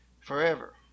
forever